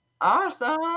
Awesome